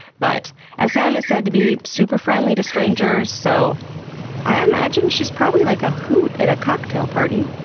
but s m. is said to be super friendly to strangers, so i imagine she's probably like a hoot at a cocktail party.